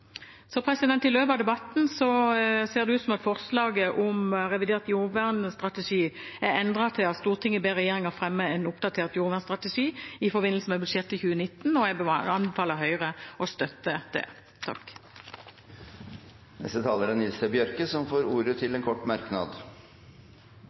I løpet av debatten ser det ut som at forslaget om revidert jordvernstrategi er endret til at Stortinget ber regjeringen fremme en oppdatert jordvernstrategi i forbindelse med budsjettet for 2019, og jeg vil anbefale Høyre å støtte det. Representanten Nils T. Bjørke har hatt ordet to ganger tidligere og får ordet til